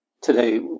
today